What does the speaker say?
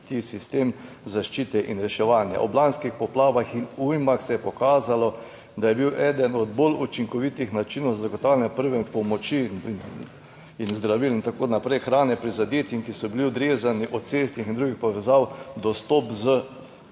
sistem zaščite in reševanja. On lanskih poplavah in ujmah se je pokazalo, da je bil eden od bolj učinkovitih načinov zagotavljanja prve pomoči in zdravil in tako naprej, hrane prizadetim, ki so bili odrezani od cestnih in drugih povezav, dostop s